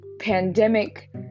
pandemic